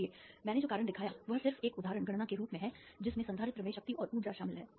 इसलिए मैंने जो कारण दिखाया वह सिर्फ एक उदाहरण गणना के रूप में है जिसमें संधारित्र में शक्ति और ऊर्जा शामिल है